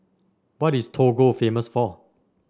what is Togo famous for